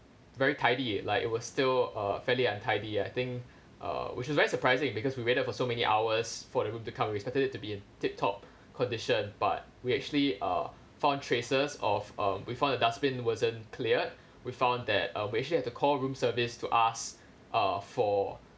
very tidy like it was still uh fairly untidy I think uh which was very surprising because we waited for so many hours for the room to come we expected it to be in tip-top condition but we actually uh found traces of uh we found the dustbin wasn't cleared we found that uh we actually have to call room service to ask uh for